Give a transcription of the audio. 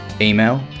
Email